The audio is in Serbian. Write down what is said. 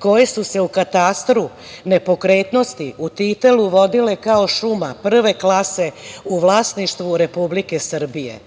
koje su u katastru nepokretnosti u Titelu vodile kao šuma prve klase u vlasništvu Republike Srbije.